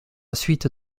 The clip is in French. suite